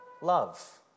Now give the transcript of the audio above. Love